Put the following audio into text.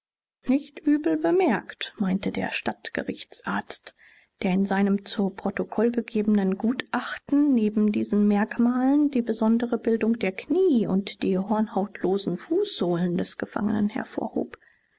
nicht übel bemerkt meinte der stadtgerichtsarzt der in seinem zu protokoll gegebenen gutachten neben diesen merkmalen die besondere bildung der knie und die hornhautlosen fußsohlen des gefangenen hervorhob